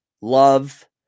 love